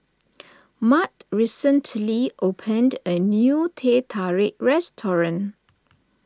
Mart recently opened a new Teh Tarik restaurant